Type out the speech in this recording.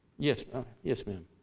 yes yes ma'am.